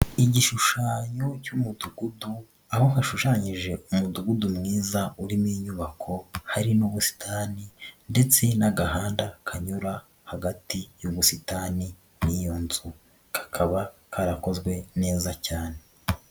Igishushanyo cy'umudugudu, aho hashushanyije umudugudu mwiza urimo inyubako, hari n'ubusitani ndetse n'agahanda kanyura hagati y'ubusitani n'iyo nzu. kakaba karakozwe neza cyane.